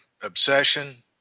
obsession